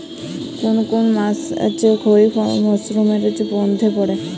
কোন কোন মাস খরিফ মরসুমের মধ্যে পড়ে?